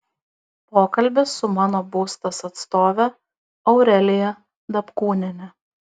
pokalbis su mano būstas atstove aurelija dapkūniene